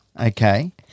okay